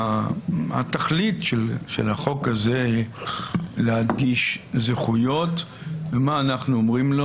התכלית של החוק הזה להדגיש זכויות ומה אנחנו אומרים לו,